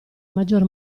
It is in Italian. maggior